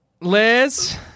Liz